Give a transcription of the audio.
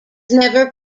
never